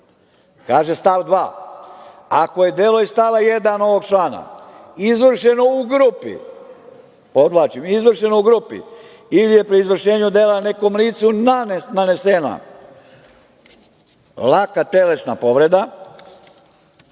Kaže stav 2. - ako je delo iz stava 1. ovog člana izvršeno u grupi, podvlačim, izvršeno u grupi, ili je pri izvršenju dela nekom licu nanesena laka telesna povreda